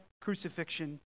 crucifixion